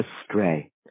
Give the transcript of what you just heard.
astray